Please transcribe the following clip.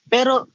Pero